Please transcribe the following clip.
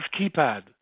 keypad